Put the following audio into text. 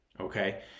okay